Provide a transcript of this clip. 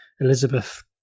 Elizabeth